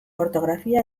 ortografia